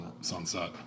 sunset